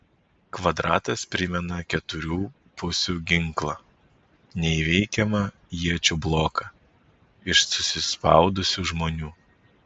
kvadratas primena keturių pusių ginklą neįveikiamą iečių bloką iš susispaudusių žmonių